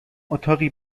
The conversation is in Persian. اتاقی